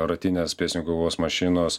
ratinės pėstininkų kovos mašinos